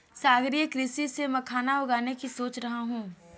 सागरीय कृषि से मखाना उगाने की सोच रहा हूं